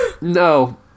No